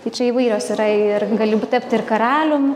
tai čia įvairios yra ir gali tapti ir karalium